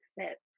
accept